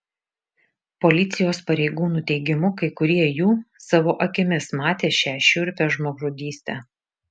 policijos pareigūnų teigimu kai kurie jų savo akimis matė šią šiurpią žmogžudystę